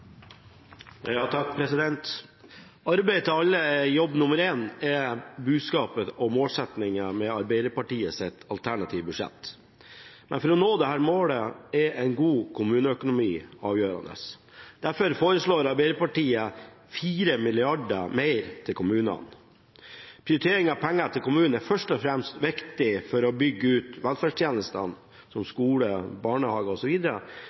jobb nr. 1. Det er budskapet i og målsettingen med Arbeiderpartiets alternative budsjett. For å nå dette målet er en god kommuneøkonomi avgjørende. Derfor foreslår Arbeiderpartiet 4 mrd. kr mer til kommunene. Prioritering av penger til kommunene er først og fremst viktig for å bygge ut velferdstjenestene – som skole, barnehage